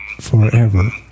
forever